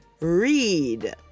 Read